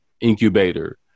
incubator